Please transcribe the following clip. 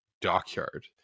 Dockyard